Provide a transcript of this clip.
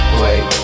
wait